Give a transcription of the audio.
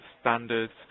Standards